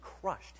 crushed